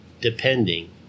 depending